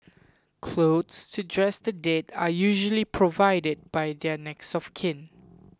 clothes to dress the dead are usually provided by their next of kin